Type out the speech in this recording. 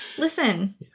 Listen